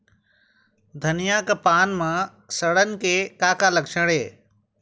धनिया के पान म सड़न के का लक्षण ये?